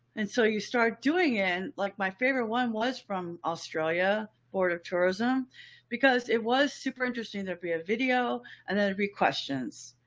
and so you start doing it like my favorite one was from australia board of tourism because it was super interesting. there'd be a video and then there'll be questions.